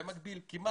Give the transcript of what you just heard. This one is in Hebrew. הוא מקבל מהצבא?